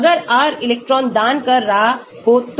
अगर R electron दान कर रहा हो तो